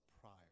prior